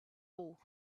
all